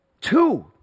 Two